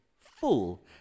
full